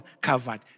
covered